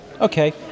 okay